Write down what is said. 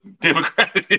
Democrat